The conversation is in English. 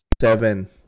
seven